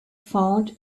found